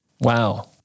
wow